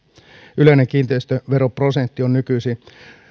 yleinen kiinteistöveroprosentti on nykyisin